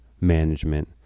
management